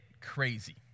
crazy